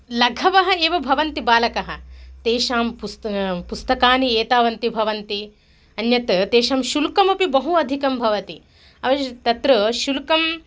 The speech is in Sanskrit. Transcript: लधवः एव भवन्ति बालकाः तेषां पुस्त् पुस्तकानि एतावन्ति भवन्ति अन्यत् तेषां शुल्कमपि बहु अधिकं भवति अवश्यं तत्र शुल्कम्